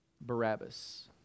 Barabbas